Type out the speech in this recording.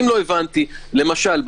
למשל,